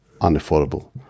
unaffordable